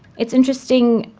it's interesting.